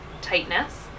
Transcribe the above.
tightness